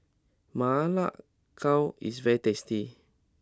Ma Lai Gao is very tasty